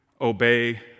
obey